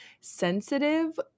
sensitive